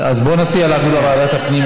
אז בוא נציע להעביר לוועדת הפנים,